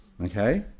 Okay